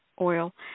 Oil